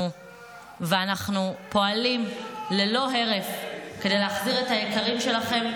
ואנחנו פועלים ללא הרף כדי להחזיר את היקרים שלכם,